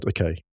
Okay